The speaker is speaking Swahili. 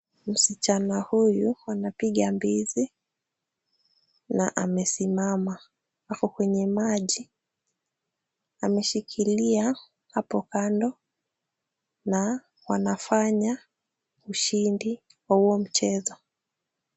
Msichana huyu anapiga mbizi na amesimama. Ako kwenye maji ameshikilia hapo kando na wanafanya ushindi wa huo mchezo.